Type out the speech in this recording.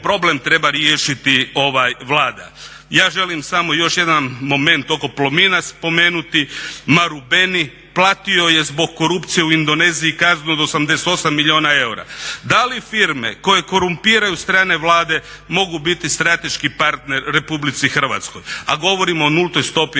problem treba riješiti Vlada. Ja želim samo još jedan moment oko Plomina spomenuti. Marubeni platio je zbog korupcije u Indoneziji kaznu od 88 milijuna eura. Da li firme koje korumpiraju strane Vlade mogu biti strateški partner Republici Hrvatskoj? A govorimo o nultoj stopi